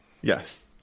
Yes